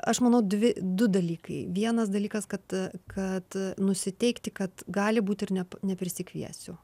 aš manau dvi du dalykai vienas dalykas kad kad nusiteikti kad gali būti ir ne neprisikviesiu